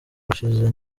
ushize